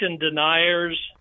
deniers